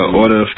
order